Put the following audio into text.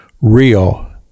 real